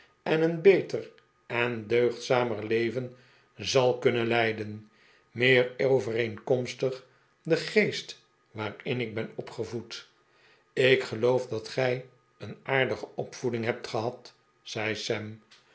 en een beter en deugdzamer leven zal kunnen leiden meer overeenkomstig den geest waarin ik ben opgevoed ik geloof dat gij een aardige opvoeding hebt gehad zei